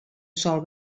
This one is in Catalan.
sol